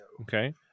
Okay